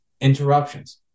interruptions